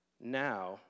now